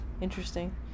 interesting